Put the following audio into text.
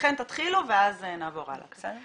שלושתכן תתחילו ואז נעבור הלאה.